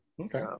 Okay